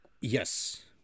Yes